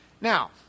Now